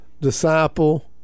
disciple